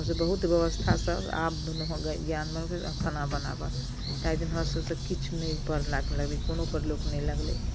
हमसब बहुत व्यवस्थासँ आब ज्ञान मे भेल खाना बनाबऽ ताहि दिन हमरा सबसॅं किछु नहि पार नहि लगलै कोनो पर लोक नहि लगलै